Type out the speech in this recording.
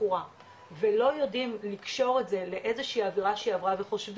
בחורה ולא יודעים לקשור את זה לאיזה שהיא עבירה שהייתה וחושבים